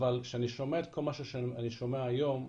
אבל כשאני שומע את כל מה שאני שומע היום,